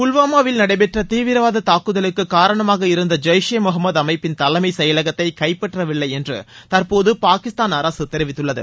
புல்வாமாவில் நடைபெற்ற தீவிரவாத தாக்குதலுக்கு காரணமாக இருந்த ஜெய்ஷ் ஏ முகமது அமைப்பின் தலைமைச் செயலகத்தை கைப்பற்றவில்லை என்று தற்போது பாகிஸ்தான் அரசு தெரிவித்துள்ளது